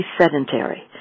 sedentary